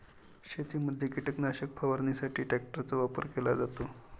शेतीमध्ये कीटकनाशक फवारणीसाठी ट्रॅक्टरचा वापर केला जातो